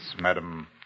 madam